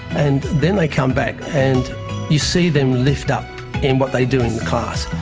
and then they come back and you see them lift up in what they do in class.